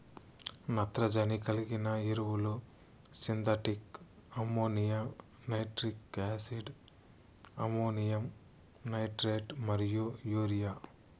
నత్రజని కలిగిన ఎరువులు synthetic ammonia, nitric acid, ammonium nitrate మరియు యూరియా